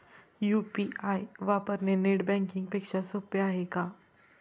UPI वापरणे net banking पेक्षा सोपे आहे का?